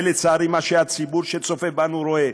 זה לצערי מה שהציבור שצופה בנו רואה,